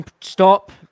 stop